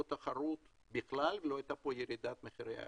תחרות בכלל ולא הייתה פה ירידת מחירי גז.